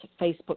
Facebook